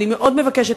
אני מאוד מבקשת,